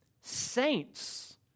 saints